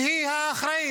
כי היא האחראית.